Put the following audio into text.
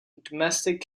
domestic